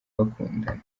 bakundana